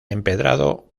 empedrado